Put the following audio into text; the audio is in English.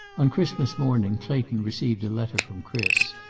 on christmas morning clayton received a letter from chris.